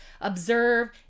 observe